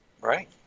Right